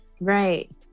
right